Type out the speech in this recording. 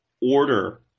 order